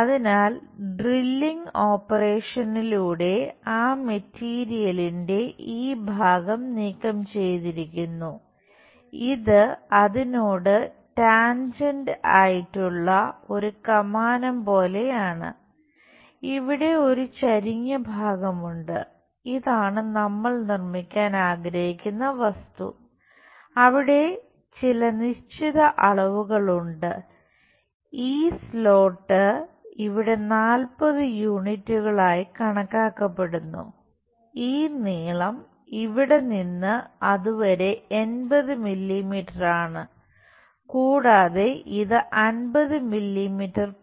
അതിനാൽ ഡ്രില്ലിംഗ് ഓപ്പറേഷനിലൂടെ